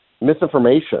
misinformation